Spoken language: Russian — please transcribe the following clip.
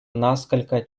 насколько